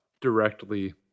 directly